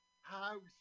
house